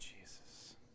Jesus